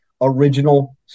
original